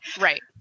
Right